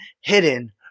hidden